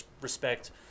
respect